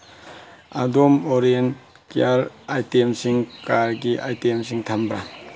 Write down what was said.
ꯑꯗꯣꯝ ꯑꯣꯔꯦꯜ ꯀꯤꯋꯥꯔ ꯑꯥꯏꯇꯦꯝꯁꯤꯡ ꯀꯥꯔꯒꯤ ꯑꯥꯏꯇꯦꯝꯁꯤꯡ ꯊꯝꯕ꯭ꯔ